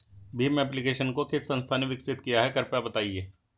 Bhim application को किस संस्था ने विकसित किया है कृपया बताइए?